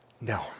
No